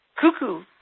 cuckoo